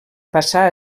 passà